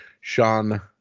Sean